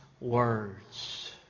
words